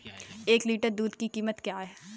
एक लीटर दूध की कीमत क्या है?